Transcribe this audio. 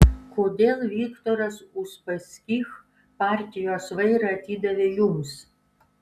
kodėl viktoras uspaskich partijos vairą atidavė jums